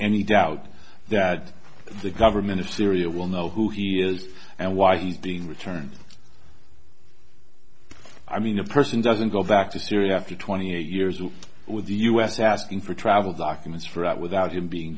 any doubt that the government of syria will know who he is and why he's being returned i mean a person doesn't go back to syria after twenty eight years with the u s asking for travel documents for up without him being